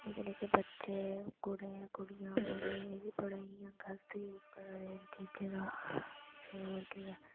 निक्के निक्के बच्चे कुड़े कुड़ियां मुड़े बी बड़े इ'यां गलत यूज करै दे इ'नें चीजें दा ते ओह् केह् ऐ